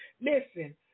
Listen